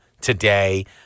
today